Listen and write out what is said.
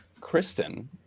Kristen